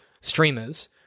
streamers